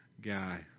guy